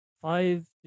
five